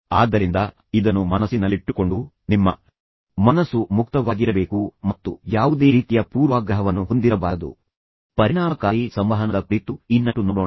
ಆದ್ದರಿಂದ ಇದನ್ನು ಮನಸ್ಸಿನಲ್ಲಿಟ್ಟುಕೊಂಡು ನಿಮ್ಮ ಮನಸ್ಸು ಮುಕ್ತವಾಗಿರಬೇಕು ಮತ್ತು ಯಾವುದೇ ರೀತಿಯ ಪೂರ್ವಾಗ್ರಹವನ್ನು ಹೊಂದಿರಬಾರದು ನಾವು ಮುಂದುವರಿಯೋಣ ಮತ್ತು ಪರಿಣಾಮಕಾರಿ ಸಂವಹನದ ಕುರಿತು ಇನ್ನಷ್ಟು ನೋಡೋಣ